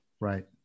Right